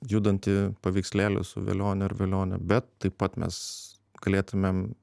judantį paveikslėlį su velioniu ar velione bet taip pat mes galėtumėm